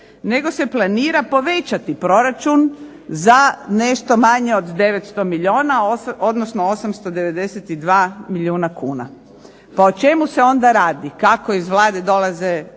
nego se planira povećati proračun za nešto manje od 900 milijuna, odnosno 892 milijuna kuna. Pa o čemu se onda radi? Kako iz Vlade dolaze